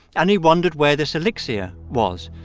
and he wondered where this elixir was.